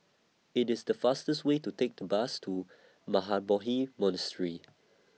IT IS The fastest Way to Take The Bus to Mahabodhi Monastery